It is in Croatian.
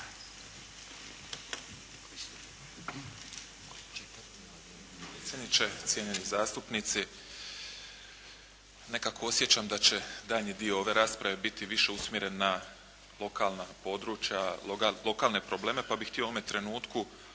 cijenjeni zastupnici. Nekako osjećam da će daljnji dio ove rasprave biti više usmjeren na lokalna područja, lokalne probleme pa bih htio u ovome trenutku